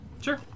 Sure